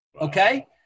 Okay